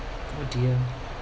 oh dear